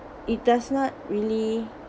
it does not really